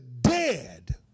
dead